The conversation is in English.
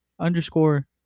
underscore